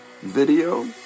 Video